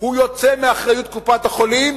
הוא יוצא מאחריות קופת-החולים